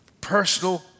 personal